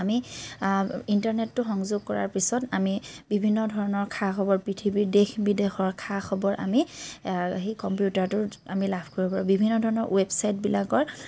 আমি ইন্টাৰনেটটো সংযোগ কৰাৰ পিছত আমি বিভিন্ন ধৰণৰ খা খবৰ পৃথিৱীৰ দেশ বিদেশৰ খা খবৰ আমি সেই কম্পিউটাৰটোৰ আমি লাভ কৰিব পাৰোঁ বিভিন্ন ধৰণৰ ৱেবচাইটবিলাকৰ